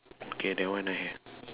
okay that one I have